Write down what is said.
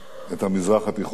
את המזרח התיכון.